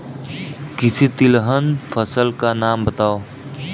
किसी तिलहन फसल का नाम बताओ